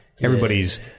everybody's